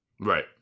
Right